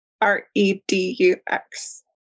R-E-D-U-X